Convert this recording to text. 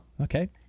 Okay